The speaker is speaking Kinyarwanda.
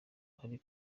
bari